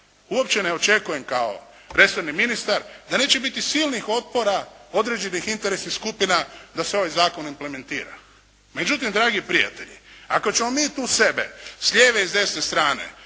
uopće ne očekujem, kao resorni ministar, da neće biti silnih otpora određenih interesnih skupina da se ovaj zakon implementira. Međutim, dragi prijatelji, ako ćemo mi tu sebe, s lijeve i desne strane,